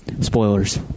spoilers